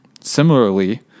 Similarly